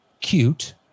cute